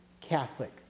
Catholic